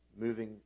moving